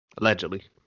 Allegedly